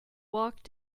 walked